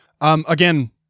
Again